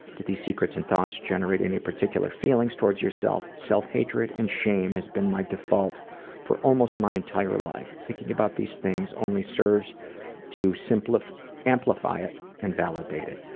these secrets and thoughts generate any particular feelings toward yourself self-hatred and shame has been my default for almost my entire life. thinking about these things only serves to so amplify amplify it and validate it.